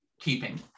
keeping